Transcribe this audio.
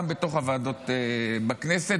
גם בתוך הוועדות בכנסת.